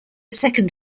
second